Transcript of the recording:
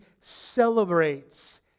celebrates